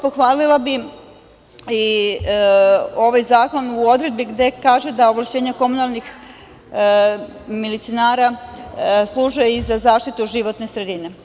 Pohvalila bih i ovaj zakon u odredbi gde kaže da ovlašćenja komunalnih milicionera služe i za zaštitu životne sredine.